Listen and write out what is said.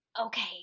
Okay